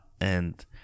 and-